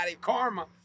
Karma